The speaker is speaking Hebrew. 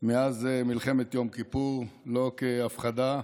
מאז מלחמת יום כיפור, לא כהפחדה,